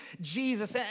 Jesus